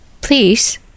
Please